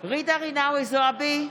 ג'ידא רינאוי זועבי,